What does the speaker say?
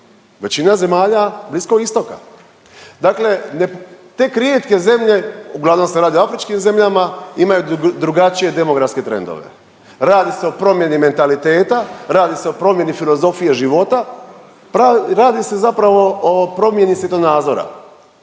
većina zemalja Bliskog Istoka. Dakle, tek rijetke zemlje uglavnom se radi o afričkim zemljama imaju drugačije demografske trendove, radi se o promjeni mentaliteta, radi se o promjeni filozofije života, radi se zapravo o promjeni svjetonazora.